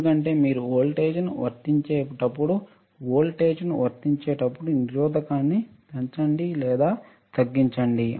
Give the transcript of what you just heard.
ఎందుకంటే మీరు వోల్టేజ్ను వర్తించేటప్పుడు వోల్టేజ్ను వర్తించేటప్పుడు నిరోధకన్ని పెంచండి లేదా తగ్గించండి